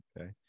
okay